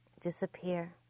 disappear